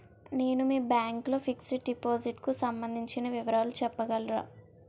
నేను మీ బ్యాంక్ లో ఫిక్సడ్ డెపోసిట్ కు సంబందించిన వివరాలు చెప్పగలరా?